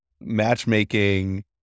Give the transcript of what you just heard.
matchmaking